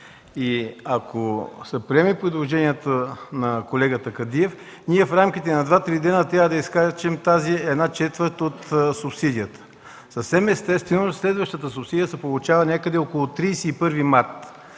Ако се приеме предложението на колегата Кадиев, ние в рамките на 2-3 дни трябва да изхарчим тази една четвърт от субсидията. Съвсем естествено следващата субсидия се получава някъде около 31 март.